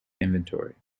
inventory